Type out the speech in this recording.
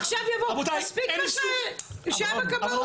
עכשיו יבוא, מספיק מה שהיה בכבאות.